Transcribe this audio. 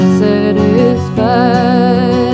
satisfied